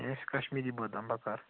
مےٚ ٲسۍ کَشمیٖری بادام بکار